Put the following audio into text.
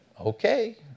okay